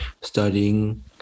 studying